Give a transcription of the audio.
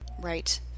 Right